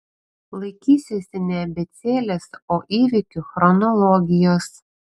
laikysiuosi ne abėcėlės o įvykių chronologijos